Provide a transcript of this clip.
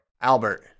Albert